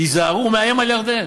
תיזהרו, הוא מאיים על ירדן.